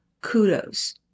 kudos